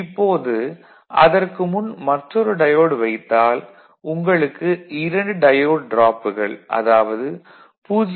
இப்போது அதற்கு முன் மற்றொரு டையோடு வைத்தால் உங்களுக்கு இரண்டு டையோடு டராப்புகள் அதாவது 0